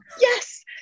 Yes